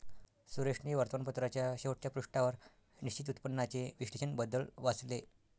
सुरेशने वर्तमानपत्राच्या शेवटच्या पृष्ठावर निश्चित उत्पन्नाचे विश्लेषण बद्दल वाचले